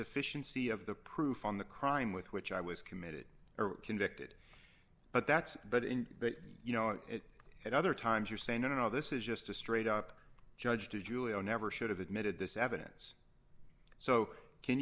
sufficiency of the proof on the crime with which i was committed or convicted but that's but in that you know it at other times you're saying no no this is just a straight up judge to julio never should have admitted this evidence so can